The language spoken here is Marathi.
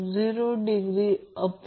तर येथे ते Ia 2